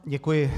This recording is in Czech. Děkuji.